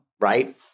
right